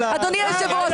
אדוני היושב ראש,